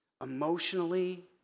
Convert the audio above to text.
emotionally